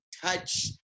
touch